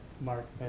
Mark